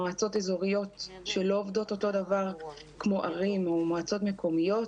מועצות אזוריות שלא עובדות אותו דבר כמו ערים או מועצות מקומיות.